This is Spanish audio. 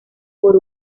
por